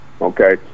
Okay